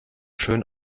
schön